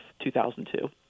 2002